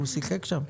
הוא שיחק שם.